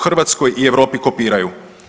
Hrvatskoj i Europi kopiraju.